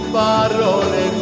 parole